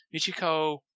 Michiko